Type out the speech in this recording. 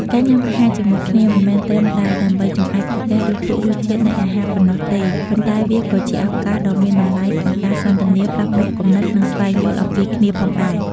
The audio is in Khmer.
ការញ៉ាំអាហារជាមួយគ្នាមិនមែនត្រឹមតែដើម្បីចម្អែតក្រពះ ឬភ្លក្សរសជាតិនៃអាហារប៉ុណ្ណោះទេ ប៉ុន្តែវាក៏ជាឱកាសដ៏មានតម្លៃក្នុងការសន្ទនា ផ្លាស់ប្តូរគំនិត និងស្វែងយល់អំពីគ្នាផងដែរ។